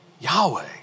Yahweh